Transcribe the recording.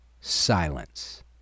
silence